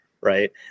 right